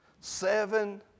Seven